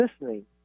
listening